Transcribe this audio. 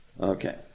Okay